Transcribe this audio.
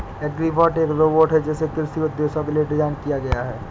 agribot एक robot है जिसे कृषि उद्देश्यों के लिए डिज़ाइन किया गया है